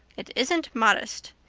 it isn't modest.